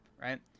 right